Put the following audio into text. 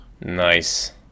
nice